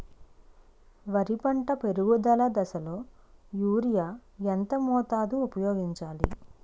వరి పంట పెరుగుదల దశలో యూరియా ఎంత మోతాదు ఊపయోగించాలి?